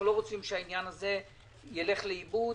לא רוצים שהעניין הזה ילך לאיבוד.